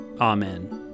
Amen